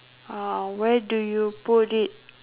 where do you put it